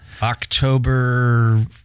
October